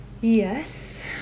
Yes